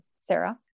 Sarah